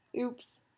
oops